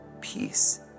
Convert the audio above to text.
peace